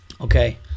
Okay